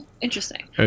Interesting